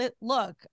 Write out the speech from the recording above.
look